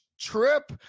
trip